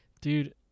dude